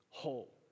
whole